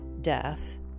death